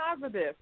positive